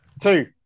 Two